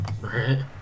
Right